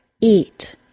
Eat